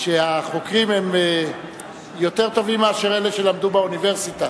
והחוקרים הם יותר טובים מאשר אלה שלמדו באוניברסיטה,